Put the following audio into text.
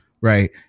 right